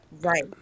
right